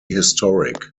historic